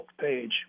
page